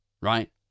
right